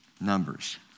Numbers